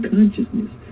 Consciousness